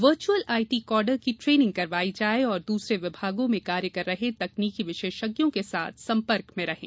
virtual IT cadre की training करवाई जाए और दूसरें विभागों में कार्य कर रहे तकनीकी विशेषज्ञों के साथ संपर्क में रहें